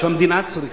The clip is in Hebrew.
או שהמדינה צריכה,